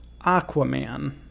Aquaman